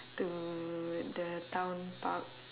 to the town park